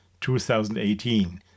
2018